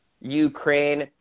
Ukraine